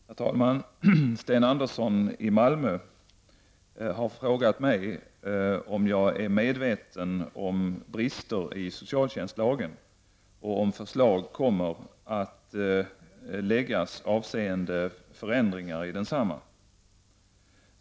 Herr talman! Sten Andersson i Malmö har frågat mig om jag är medveten om brister i socialtjänstlagen och om förslag kommer att läggas fram avseende förändringar i densamma.